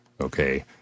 okay